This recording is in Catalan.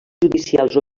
judicials